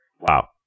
Wow